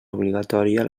obligatòria